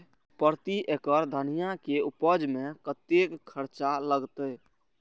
प्रति एकड़ धनिया के उपज में कतेक खर्चा लगते?